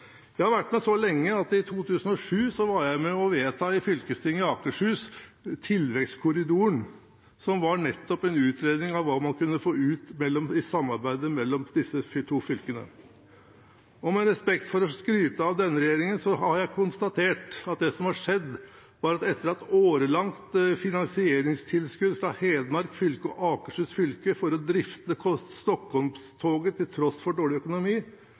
Jeg har vært med lenge, og i 2007 var jeg i fylkestinget i Akershus med på å vedta tilvekstkorridoren, som nettopp var en utredning av hva man kunne få ut av samarbeidet mellom de to fylkene. Med respekt for å skryte av denne regjeringen, har jeg konstatert at det som har skjedd, var at etter et årelangt finansieringstilskudd fra Hedmark fylke og Akershus fylke for å drifte Stockholms-toget, til tross for dårlig økonomi,